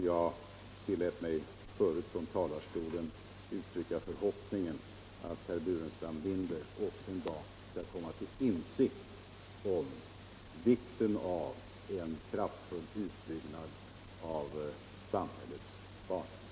Jag tillät mig förut att från denna talarstol uttrycka förhoppningen att också herr Burenstam Linder en dag skall komma till insikt om vikten av en kraftfull utbyggnad av samhällets barnomsorg.